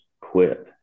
quit